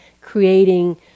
creating